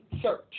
search